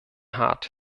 hart